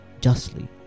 justly